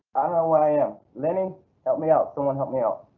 where i am lenny help me out someone help me out.